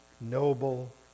noble